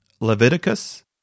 Leviticus